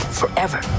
forever